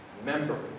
member